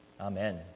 Amen